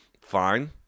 Fine